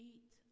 Eat